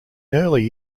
early